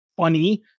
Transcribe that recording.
funny